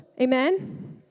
Amen